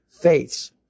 faiths